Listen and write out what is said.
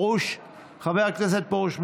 חבר הכנסת פרוש,